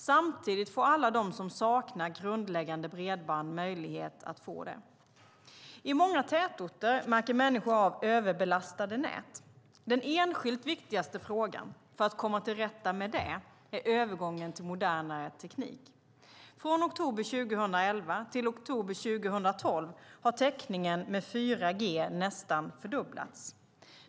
Samtidigt får alla de som saknar grundläggande bredband möjlighet att få det. I många tätorter märker människor av överbelastade nät. Den enskilt viktigaste frågan för att komma till rätta med det är övergången till modernare teknik. Från oktober 2011 till oktober 2012 har täckningen med 4G nästan fördubblats.